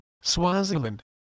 Swaziland